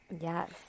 Yes